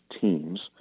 teams